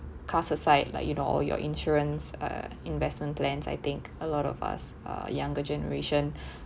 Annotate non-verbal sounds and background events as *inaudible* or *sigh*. cast aside like you know all your insurance uh investment plans I think a lot of us uh younger generation *breath*